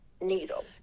needle